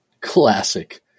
classic